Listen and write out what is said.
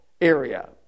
area